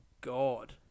God